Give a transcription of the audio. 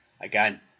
Again